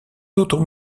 d’autres